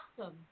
awesome